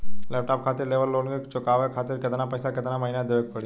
Laptop खातिर लेवल loan के चुकावे खातिर केतना पैसा केतना महिना मे देवे के पड़ी?